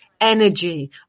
energy